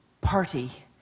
party